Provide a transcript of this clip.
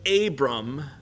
Abram